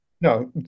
No